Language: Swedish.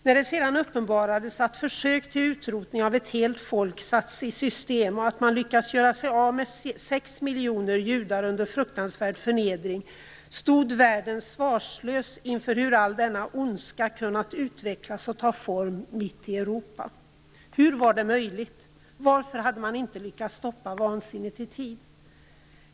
När det sedan uppenbarades att försök till utrotning av ett helt folk satts i system och att man lyckats göra sig av med 6 miljoner judar under fruktansvärd förnedring, stod världen svarslös inför hur all denna ondska kunnat utvecklas och ta form mitt i Europa. Hur var det möjligt? Varför hade man inte lyckats stoppa vansinnet i tid?